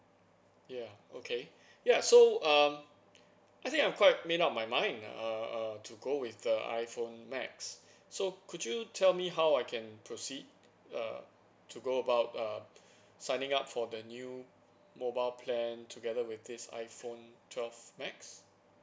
ya okay ya so um I think I'm quite made up my mind uh uh to go with the iphone max so could you tell me how I can proceed uh to go about uh signing up for the new mobile plan together with his iphone twelve max